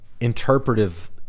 interpretive